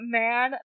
man